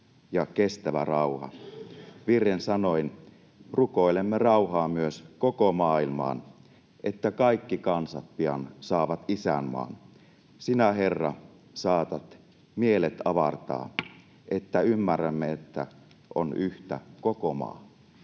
ja kestävä rauha. Virren sanoin: ”Rukoilemme rauhaa myös koko maailmaan, että kaikki kansat pian saavat isänmaan. Sinä, Herra, saatat mielet avartaa, että ymmärrämme, että on yhtä koko maa.”